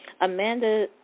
Amanda